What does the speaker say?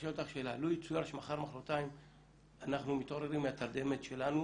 לו יצויר שמחר-מחרתיים אנחנו מתעוררים מהתרדמת שלנו